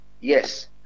yes